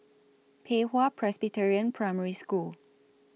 Pei Hwa Presbyterian Primary School